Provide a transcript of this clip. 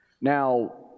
Now